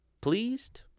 Pleased